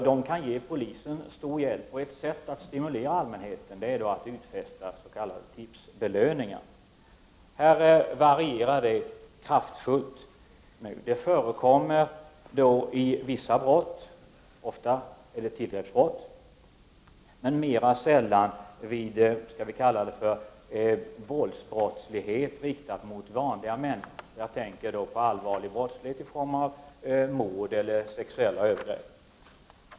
Den kan ge polisen stor hjälp, och ett sätt att stimulera allmänheten är att utfästa s.k. tipsbelöningar. Här finns kraftiga variationer. Det förekommer vid vissa brott, ofta tillgreppsbrott men mera sällan vid våldsbrottslighet riktad mot vanliga människor. Jag tänker på allvarlig brottslighet i form mord eller sexuella övergrepp.